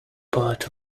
part